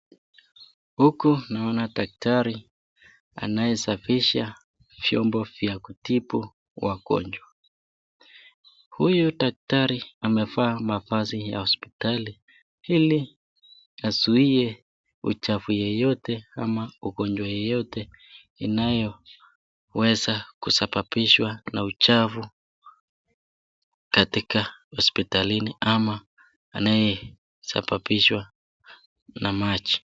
Huku naona daktari anayesafisha vyombo vya kutibu wagonjwa. Huyu daktari amevaa mavazi ya hosopitali ili azuie uchavu yeyote ama ugonjwa yeyote inayoweza kusababishwa na uchafu katika hospitalini ama anayesababishwa na maji.